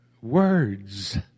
Words